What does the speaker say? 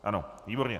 Ano, výborně.